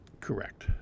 Correct